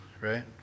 right